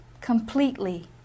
completely